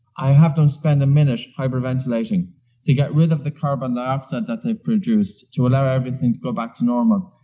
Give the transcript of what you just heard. i have them spend a minute hyperventilating to get rid of the carbon dioxide that they've produced to allow everything to go back to normal.